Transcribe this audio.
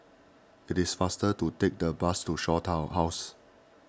it is faster to take the bus to Shaw Tower House